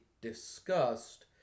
discussed